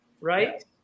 right